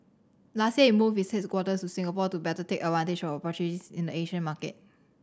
last year it moved its headquarters to Singapore to better take of in the Asian market